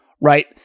right